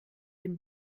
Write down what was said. dem